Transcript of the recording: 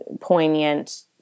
poignant